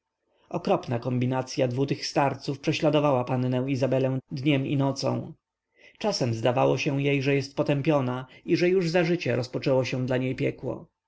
okropna kombinacya dwu tych starców prześladowała pannę izabelę dniem i nocą czasem zdawało się jej że jest potępiona i że już za życia rozpoczęło się dla niej piekło